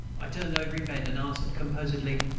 i turned over in bed, and answered composedly,